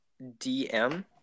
DM